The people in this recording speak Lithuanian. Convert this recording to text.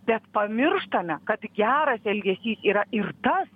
bet pamirštame kad geras elgesys yra ir tas